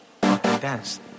dance